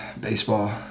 baseball